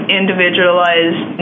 individualized